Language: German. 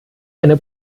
eine